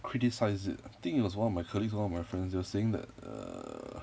criticize it I think it was one of my colleagues or one of my friends they were saying that err